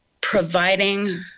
providing